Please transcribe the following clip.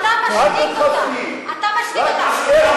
תודה.